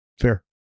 Fair